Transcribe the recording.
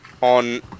on